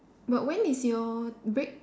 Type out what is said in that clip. but when is your break